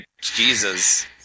Jesus